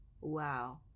wow